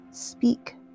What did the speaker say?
Speak